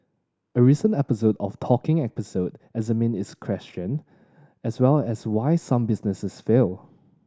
a recent episode of Talking Episode examined this question as well as why some businesses fail